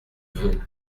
veut